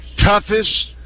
toughest